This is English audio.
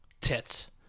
tits